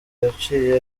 yaciye